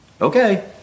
Okay